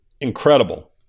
Incredible